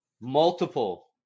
multiple